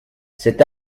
cet